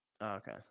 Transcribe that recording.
okay